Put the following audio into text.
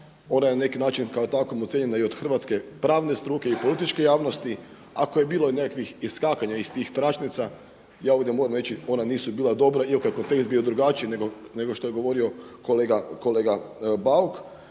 ona je na neki način takvom ocijenjena i od hrvatske pravne struke i političke javnosti. Ako je bilo i nekakvih iskakanja iz tih tračnica ja ovdje moram reći ona nisu bila dobra iako je test bio drugačiji nego što je govorio kolega Bauk.